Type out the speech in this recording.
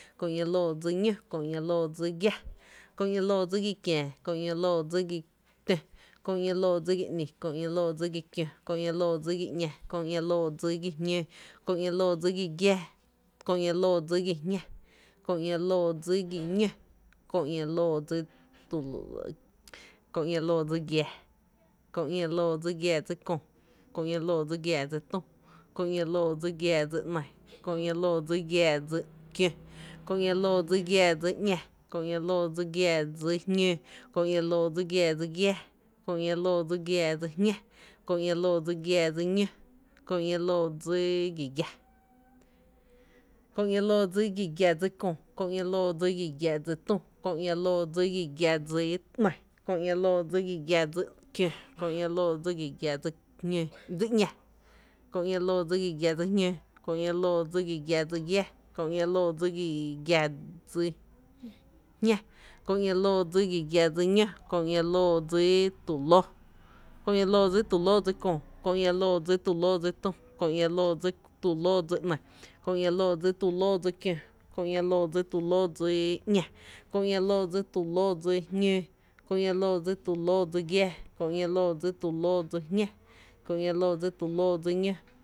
Kö ´ña loo dsi ñó, Kö ´ña loo dsi giⱥ, Kö ´ña loo dsi giⱥ kiää, Kö ´ña loo dsi giⱥ tö, Kö ´ña loo dsi giⱥ ‘ni, Kö ´ña loo dsi giⱥ kió, Kö ´ña loo dsi giⱥ ‘ñá, Kö ´ña loo dsi giⱥ jñǿǿ, Kö ´ña loo dsi giⱥ, giⱥⱥ, Kö ´ña loo dsi giⱥ jñá, Kö ´ña loo dsi giⱥ ñó, Kö ´ña loo dsi giⱥⱥ, Kö ´ña loo dsi giⱥⱥ dsi köö, Kö ´ña loo dsi giⱥⱥ dsi tü, Kö ´ña loo dsi giⱥⱥ dsi ‘ni, Kö ´ña loo dsi giⱥⱥ dsi kió, Kö ´ña loo dsi giⱥⱥ dsi ‘ñá, ´ña loo dsi giⱥⱥ dsi jñoo, ´ña loo dsi giⱥⱥ dsi giⱥá, Kö ´ña loo dsi giⱥⱥ dsi jñá, Kö ´ña loo dsi giⱥⱥ dsi ñó, Kö ´ña loo dsi gi giⱥ, Kö ´ña loo dsi gi giⱥ dsi köö, Kö ´ña loo dsi gi giⱥ dsi köö, Kö ´ña loo dsi gi giⱥ dsi tü, Kö ´ña loo dsi gi giⱥ dsi ‘ny, Kö ´ña loo dsi gi giⱥ dsi kió, Kö ´ña loo dsi gi giⱥ dsi ‘ña, Kö ´ña loo dsi gi giⱥ dsi jñóo, Kö ´ña loo dsi gi giⱥ dsi giⱥⱥ, Kö ´ña loo dsi gi giⱥ dsi jñá, Kö ´ña loo dsi gi giⱥ dsi ñó, Kö ´ña loo dsi tu lóó, Kö ´ña loo dsi tu lóó dsi köö, Kö ´ña loo dsi tu lóó dsi tü, Kö ´ña loo dsi tu lóó dsi ‘nÿ, Kö ´ña loo dsi tu lóó dsi kió, Kö ´ña loo dsi tu lóó dsi ‘ñá, Kö ´ña loo dsi tu lóó dsi jñóó, Kö ´ña loo dsi tu lóó dsi giⱥⱥ, Kö ´ña loo dsi tu lóó dsi jñá, Kö ´ña loo dsi tu lóó dsi ñó.